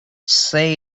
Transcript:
say